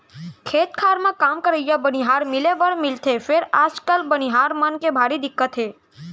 खेत खार म काम करइया बनिहार मिले बर मिलथे फेर आजकाल बनिहार मन के भारी दिक्कत हे